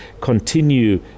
continue